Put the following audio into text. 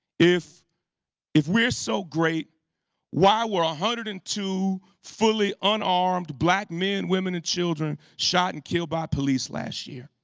if if we are so great why were one ah hundred and two fully unarmed black men, women, and children shot and killed by police last year?